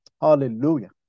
Hallelujah